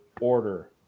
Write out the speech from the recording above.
order